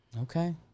Okay